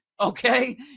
Okay